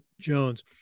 Jones